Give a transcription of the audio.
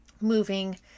Moving